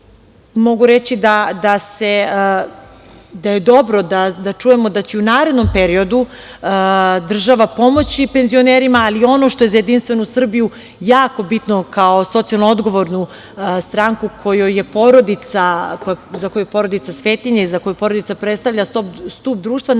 Mogu reći da je dobro da čujemo da će i u narednom periodu država pomoći penzionerima, ali ono što je za JS jako bitno, kao socijalno odgovornu stranku kojoj je porodica svetinja i za koju porodica predstavlja stub društva, najavljena